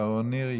שרון ניר,